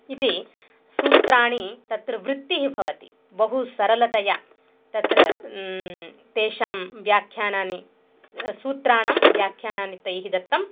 इति सूत्राणि तत्र वृत्तिः भवति बहु सरलतया तत्र तेषां व्याख्यानानि सूत्राणां व्याख्यानानि तैः दत्तानि